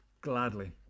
gladly